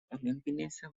olimpinėse